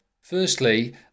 Firstly